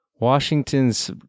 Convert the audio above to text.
Washington's